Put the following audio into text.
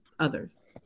others